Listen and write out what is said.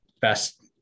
best